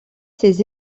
ses